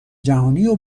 جهانیو